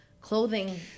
Clothing